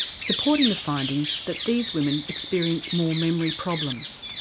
supporting the finding that these women experience more memory problems.